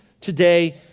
today